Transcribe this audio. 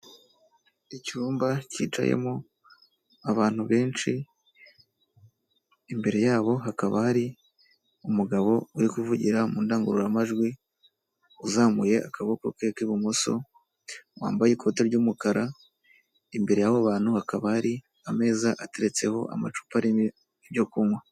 Icyumba cyicayemo abantu benshi imbere yabo hakaba hari umugabo uri kuvugira mu ndangururamajwi uzamuye akaboko ke k'ibumoso, wambaye ikoti ry'umukara, imbere y'abo bantu hakaba hari ameza ateretseho amacupa arimo ibyo kunywa.